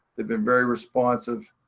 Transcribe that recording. they've been very responsive.